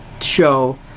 show